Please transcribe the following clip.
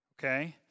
okay